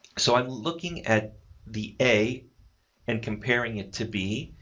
so i'm looking at the a and comparing it to b,